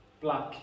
black